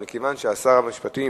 מכיוון ששר המשפטים